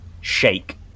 shake